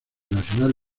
nacional